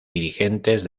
dirigentes